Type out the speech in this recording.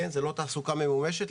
זאת לא תעסוקה ממומשת.